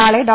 നാളെ ഡോ